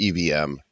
EVM